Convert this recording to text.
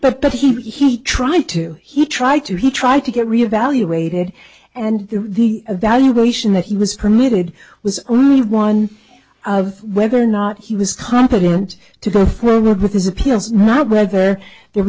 and but did he try to he tried to he tried to get reevaluated and the evaluation that he was permitted was only one of whether or not he was competent to go forward with his appeals not whether there